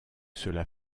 cela